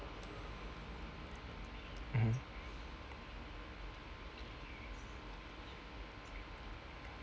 mmhmm